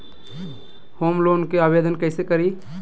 Home loan के आवेदन कैसे करि?